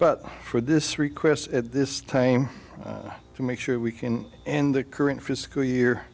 but for this request at this time to make sure we can end the current fiscal year